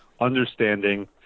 understanding